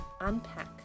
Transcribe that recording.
unpack